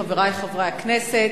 חברי חברי הכנסת,